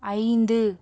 ஐந்து